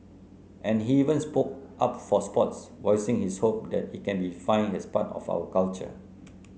and he even spoke up for sports voicing his hope that it can be defined as part of our culture